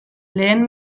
lehen